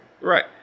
Right